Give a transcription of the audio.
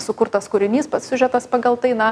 sukurtas kūrinys pats siužetas pagal tai na